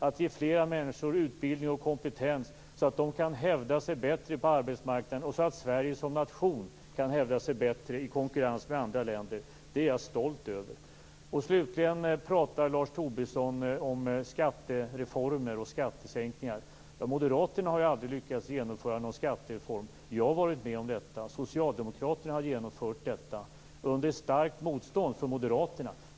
Att vi ger fler människor utbildning och kompetens, så att de kan hävda sig bättre på arbetsmarknaden och så att Sverige som nation kan hävda sig bättre i konkurrens med andra länder är jag stolt över. Slutligen talar Lars Tobisson om skattereformer och skattesänkningar. Moderaterna har ju aldrig lyckats att genomföra någon skattereform. Jag har varit med om detta. Socialdemokraterna har genomfört detta, under starkt motstånd från Moderaterna.